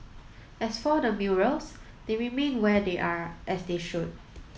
as for the murals they remain where they are as they should